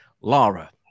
Lara